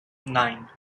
nine